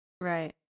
Right